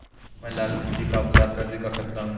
मैं लाल मिट्टी का उपचार कैसे कर सकता हूँ?